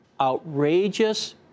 outrageous